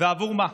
עבור מה,